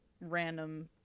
random